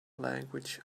language